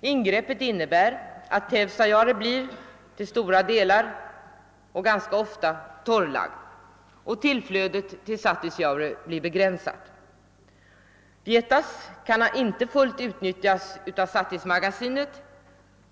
Ingreppet innebär bl.a. att Teusajaure blir till stora delar och ganska ofta torrlagd, och tillflödet till Satisjaure blir begränsat. Vietas kan icke fullt utnyttjas av Satismagasinet.